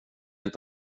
inte